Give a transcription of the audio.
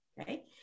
okay